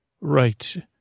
Right